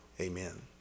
amen